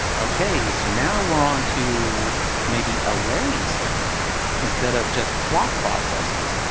ok. so now we're onto maybe a layering standard instead of just plot processes.